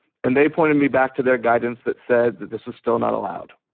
and they pointed me back to their guidance that said that this was still not allowed